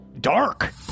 dark